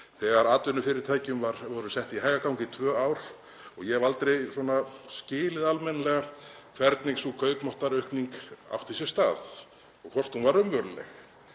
þegar atvinnufyrirtæki voru sett í hægagang í tvö ár. Ég hef aldrei skilið almennilega hvernig sú kaupmáttaraukning átti sér stað og hvort hún var raunveruleg.